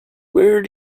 where